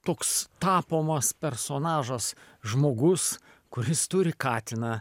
toks tapomos personažas žmogus kuris turi katiną